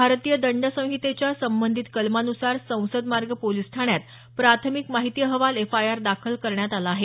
भारतीय दंड संहितेच्या संबंधित कलमांनुसार संसद मार्ग पोलीस ठाण्यात प्राथमिक माहिती अहवाल एफआयआर दाखल करण्यात आली आहे